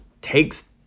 takes